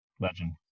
Legend